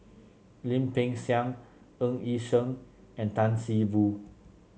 Lim Peng Siang Ng Yi Sheng and Tan See Boo